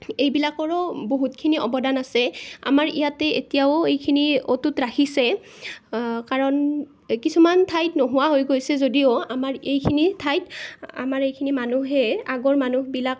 এইবিলাকৰো বহুতখিনি অৱদান আছে আমাৰ ইয়াতে এতিয়াও এইখিনি অটুট ৰাখিছে কাৰণ কিছুমান ঠাইত নোহোৱা হৈ গৈছে যদিও আমাৰ এইখিনি ঠাইত আমাৰ এইখিনি মানুহে আগৰ মানুহবিলাক